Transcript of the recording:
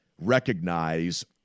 recognize